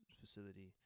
facility